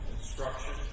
instruction